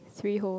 three hole